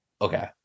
okay